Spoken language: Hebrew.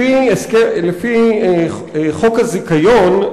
לפי חוק הזיכיון,